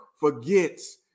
forgets